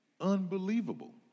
Unbelievable